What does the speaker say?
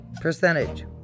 Percentage